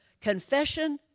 Confession